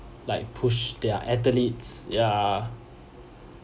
like push their athletes ya